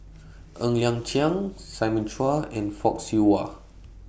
Ng Liang Chiang Simon Chua and Fock Siew Wah